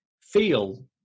feel